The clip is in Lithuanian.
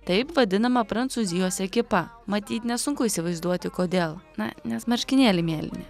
taip vadinama prancūzijos ekipa matyt nesunku įsivaizduoti kodėl na nes marškinėliai mėlyni